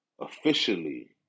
officially